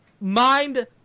Mind